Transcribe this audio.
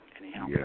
anyhow